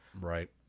Right